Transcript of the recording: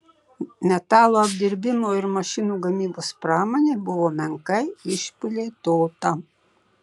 metalo apdirbimo ir mašinų gamybos pramonė buvo menkai išplėtota